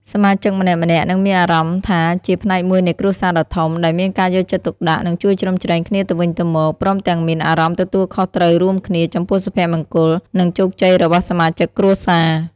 សមាជិកម្នាក់ៗនឹងមានអារម្មណ៍ថាជា ផ្នែកមួយនៃគ្រួសារដ៏ធំ ដែលមានការយកចិត្តទុកដាក់ និងជួយជ្រោមជ្រែងគ្នាទៅវិញទៅមក ព្រមទាំងមាន អារម្មណ៍ទទួលខុសត្រូវរួមគ្នា ចំពោះសុភមង្គល និងជោគជ័យរបស់សមាជិកគ្រួសារ។